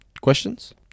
Questions